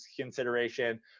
consideration